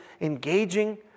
engaging